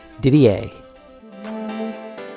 didier